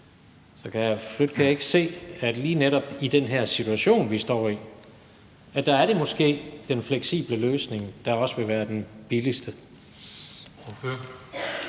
Flydtkjær ikke se, at lige netop i den situation, vi står i, er det måske den fleksible løsning, der også vil være den billigste?